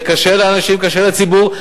זה קשה לאנשים, קשה לציבור.